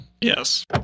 Yes